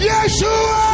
Yeshua